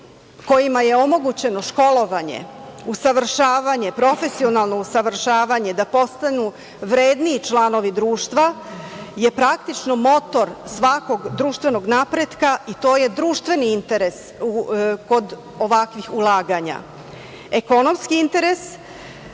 kojima je omogućeno školovanje, usavršavanje, profesionalno usavršavanje da postanu vredniji članovi društva je praktično motor svakog društvenog napretka i to je društveni interes kod ovakvih ulaganja. Ekonomski interes,